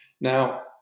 Now